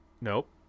Nope